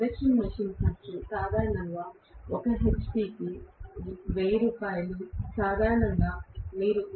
induction machine ఖర్చు సాధారణంగా 1hp ఖర్చు సాధారణంగా రూ